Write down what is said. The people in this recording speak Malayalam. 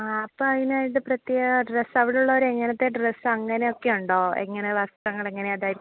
ആ അപ്പം അതിനായിട്ട് പ്രത്യേക ഡ്രസ്സ് അവിടെ ഉള്ളവർ എങ്ങനത്തെ ഡ്രസ്സ് അങ്ങനെയൊക്കെ ഉണ്ടോ എങ്ങനെ വസ്ത്രങ്ങൾ എങ്ങനെയാണ് ധരി